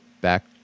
back